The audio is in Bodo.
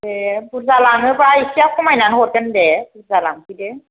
दे बुरजा लाङोबा इसेया खमायना हरगोन दे बुरजा लांफैदो